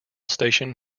station